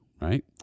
right